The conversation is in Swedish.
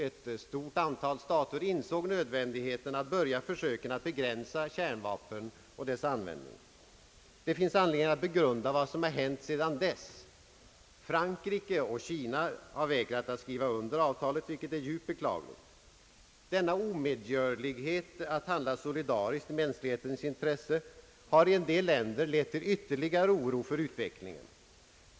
Ett stort antal stater insåg nödvändigheten av att börja försöken att begränsa kärnvapnen och deras användning. Det finns anledning att begrunda vad som hänt sedan dess. Frankrike och Kina har vägrat att skriva under avtalet, vilket är djupt beklagligt. Denna omedgörlighet att handla solidariskt i mänsklighetens intresse har i en del länder lett till ytterligare oro för utvecklingen.